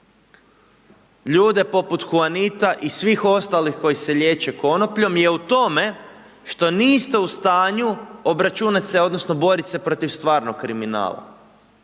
ljude poput Huanita i svih ostalih koji se liječe konopljom je u tome što niste u stanju obračunat se odnosno borit se protiv stvarnog kriminala.